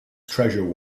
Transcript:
treasure